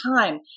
time